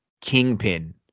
Kingpin